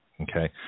Okay